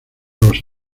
los